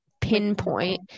pinpoint